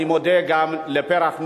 אני מודה גם לפרח לרנר,